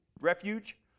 refuge